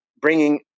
bringing